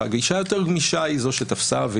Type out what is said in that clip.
והגישה היותר גמישה היא זו שתפסה.